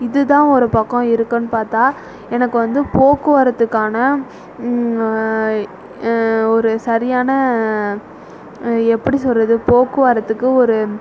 இதுதான் ஒரு பக்கம் இருக்குன்னு பார்த்தா எனக்கு வந்து போக்குவரத்துக்கான ஒரு சரியான எப்படி சொல்கிறது போக்குவரத்துக்கு ஒரு